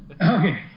Okay